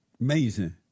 Amazing